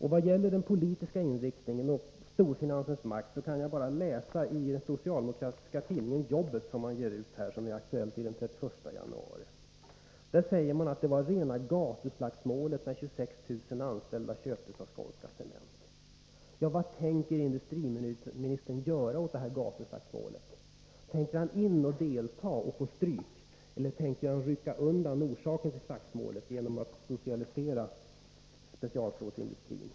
Då det gäller den politiska inriktningen och storfinansens makt kan jag läsa i den socialdemokratiska tidningen Jobbet; där man den 31 januari sade att det var rena gatuslagsmålet, när 26 000 anställda köptes av Skånska Cement. Vad tänker industriministern göra åt detta gatuslagsmål? Tänker industriministern gå in och delta och få stryk, eller tänker han rycka undan orsaken till slagsmålet genom att socialisera specialstålsindustrin?